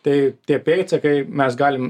tai tie pėdsakai mes galim